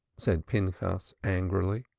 said pinchas angrily.